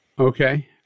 Okay